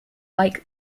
like